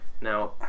Now